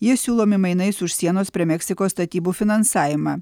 jie siūlomi mainais už sienos prie meksikos statybų finansavimą